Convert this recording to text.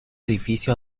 edificio